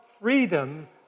freedom